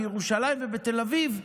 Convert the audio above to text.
בירושלים ובתל אביב,